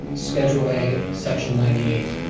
schedule a, section ninety eight.